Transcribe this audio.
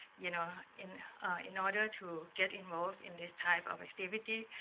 you know, in in order to get involved in this type of activity,